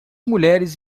mulheres